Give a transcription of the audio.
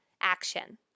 action